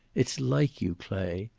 it's like you, clay.